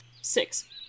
Six